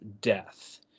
death